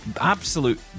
absolute